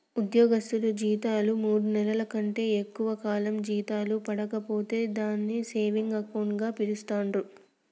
ఉద్యోగస్తులు జీతాలు మూడు నెలల కంటే ఎక్కువ కాలం జీతాలు పడక పోతే దాన్ని సేవింగ్ అకౌంట్ గా పిలుస్తాండ్రు